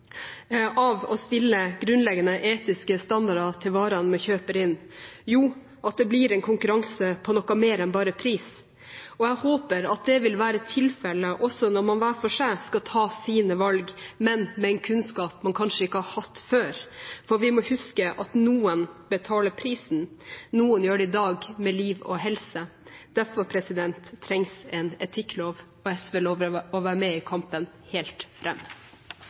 av å stille grunnleggende etiske standarder til varene man kjøper inn, være? – Jo, at det blir en konkurranse på noe mer enn bare pris. Jeg håper at det vil være tilfellet også når man hver for seg skal ta sine valg, men med en kunnskap man kanskje ikke har hatt før. Vi må huske at noen betaler prisen – noen gjør det i dag med liv og helse. Derfor trengs en etikklov, og SV lover å være med i kampen helt